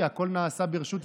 כשאתה נותן כסף לשהידים?